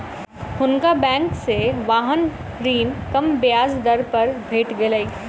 हुनका बैंक से वाहन ऋण कम ब्याज दर पर भेट गेलैन